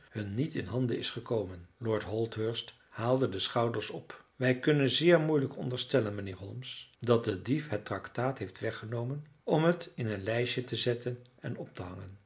hun niet in handen is gekomen lord holdhurst haalde de schouders op wij kunnen zeer moeilijk onderstellen mijnheer holmes dat de dief het tractaat heeft weggenomen om het in een lijstje te zetten en op te hangen